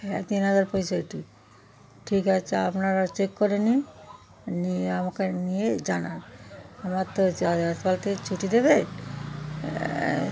হ্যাঁ তিন হাজার পঁয়ষট্টি ঠিক আছে আপনারা চেক করে নিন নিয়ে আমাকে নিয়ে জানান আমার তো হাসপাতাল থেকে ছুটি দেবে